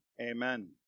Amen